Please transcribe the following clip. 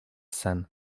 sen